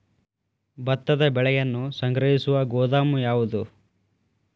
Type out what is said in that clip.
ಭತ್ತದ ಬೆಳೆಯನ್ನು ಸಂಗ್ರಹಿಸುವ ಗೋದಾಮು ಯಾವದು?